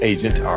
Agent